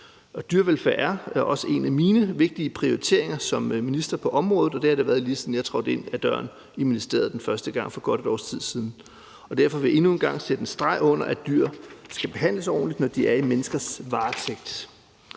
dyrevelfærd er også en af mine vigtige prioriteringer som minister på området, og det har det været, lige siden jeg trådte ind ad døren i ministeriet den første gang for godt et års tid siden. Og derfor vil jeg endnu en gang sætte en streg under, at dyr skal behandles ordentligt, når de er i menneskers varetægt.